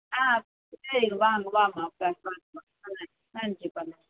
ஆ சரி வாங்க வாங்க பேசலாம் வாங்க வாங்க நன்றிப்பா நன்றிப்பா